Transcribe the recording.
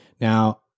Now